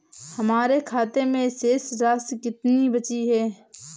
हमारे खाते में शेष राशि कितनी बची है?